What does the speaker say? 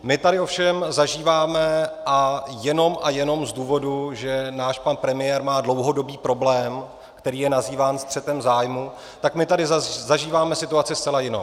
My tady ovšem zažíváme, a jenom a jenom z důvodu, že náš pan premiér má dlouhodobý problém, který je nazýván střetem zájmů, tak tady zažíváme situaci zcela jinou.